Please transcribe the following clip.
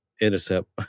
intercept